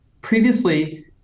Previously